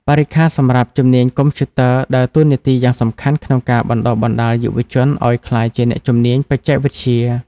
បរិក្ខារសម្រាប់ជំនាញកុំព្យូទ័រដើរតួនាទីយ៉ាងសំខាន់ក្នុងការបណ្តុះបណ្តាលយុវជនឱ្យក្លាយជាអ្នកជំនាញបច្ចេកវិទ្យា។